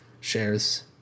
shares